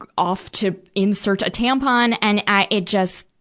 off to insert a tampon, and i, it just,